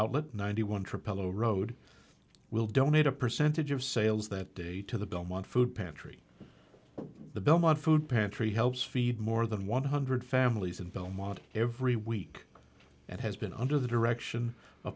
outlet ninety one trip fellow road will donate a percentage of sales that day to the belmont food pantry the belmont food pantry helps feed more than one hundred families of belmont every week and has been under the direction